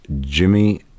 Jimmy